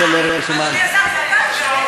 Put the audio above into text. זה אתה,